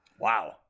Wow